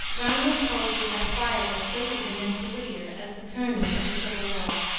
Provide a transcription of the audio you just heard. brownell's poetry had a fire which places him next to whittier as the korner of the civil war.